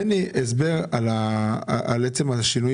תן לי הסבר על עצם השינוי